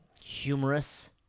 humorous